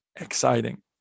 exciting